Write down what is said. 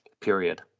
period